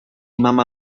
mama